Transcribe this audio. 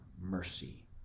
mercy